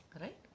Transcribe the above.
Right